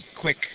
quick